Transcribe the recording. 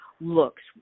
looks